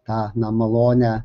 tą nemalonią